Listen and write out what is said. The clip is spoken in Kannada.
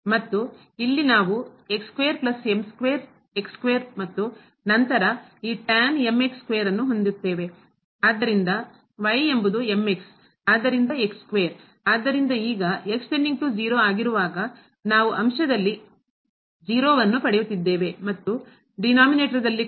ಮತ್ತು ಇಲ್ಲಿ ನಾವು ಮತ್ತು ನಂತರ ಈ ಆದ್ದರಿಂದ ಎಂಬುದು ಆದ್ದರಿಂದ ಆದ್ದರಿಂದ ಈಗ ಆಗಿರುವಾಗ ನಾವು ಅಂಶದಲ್ಲಿ 0 ಯನ್ನು ಪಡೆಯುತ್ತಿದ್ದೇವೆ ಮತ್ತು ದಲ್ಲಿಕೂಡ